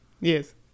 yes